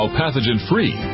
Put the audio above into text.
pathogen-free